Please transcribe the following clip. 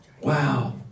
wow